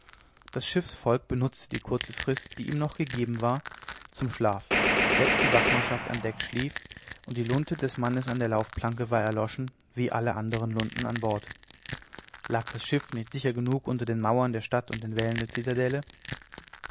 das schiffsvolk benutzte die kurze frist die ihm noch gegeben war zum schlaf selbst die wachtmannschaft an deck schlief und die lunte des mannes an der laufplanke war erloschen wie alle andern lunten an bord lag das schiff nicht sicher genug unter den mauern der stadt und den wällen der zitadelle